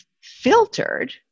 filtered